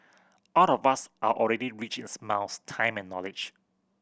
all of us are already rich in smiles time and knowledge